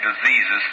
diseases